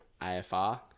AFR